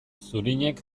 zurinek